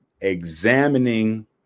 examining